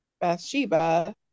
bathsheba